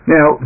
Now